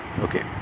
Okay